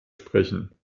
sprechen